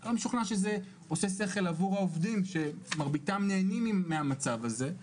אני לא משוכנע שזה נכון עבור העובדים שמרביתם נהנים מהמצב הזה.